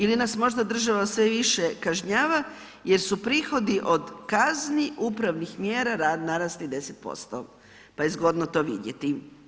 Ili nas možda država sve više kažnjava jer su prihodi od kazni upravnih mjera narasle 10% pa je zgodno to vidjeti.